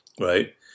right